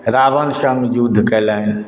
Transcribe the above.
रावण सङ्ग युद्ध कयलनि